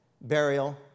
burial